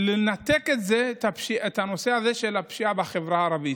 לנתק את הנושא הזה של הפשיעה בחברה הערבית.